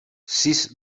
sis